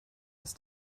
ist